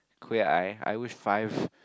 queer eye I wish five